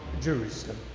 Jerusalem